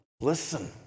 Listen